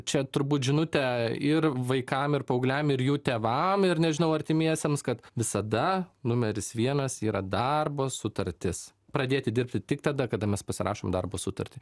čia turbūt žinutė ir vaikam ir paaugliam ir jų tėvam ir nežinau artimiesiems kad visada numeris vienas yra darbo sutartis pradėti dirbti tik tada kada mes pasirašom darbo sutartį